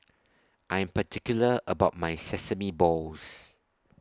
I Am particular about My Sesame Balls